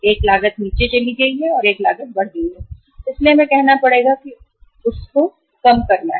एक लागत नीचे चला गया है एक और लागत बढ़ गई है इसलिए हमें यह कहना पड़ेगा कि उसको जलाना है